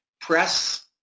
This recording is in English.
Press